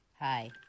Hi